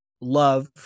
love